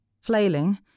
Flailing